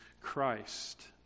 Christ